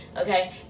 okay